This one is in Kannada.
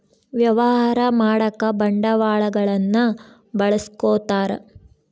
ವ್ಯವಹಾರ ಮಾಡಕ ಬಂಡವಾಳನ್ನ ಬಳಸ್ಕೊತಾರ